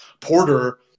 Porter